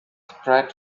spread